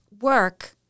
work